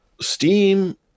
Steam